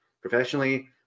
professionally